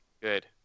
good